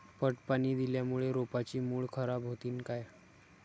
पट पाणी दिल्यामूळे रोपाची मुळ खराब होतीन काय?